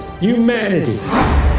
humanity